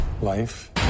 life